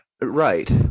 right